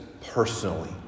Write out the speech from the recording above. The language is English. personally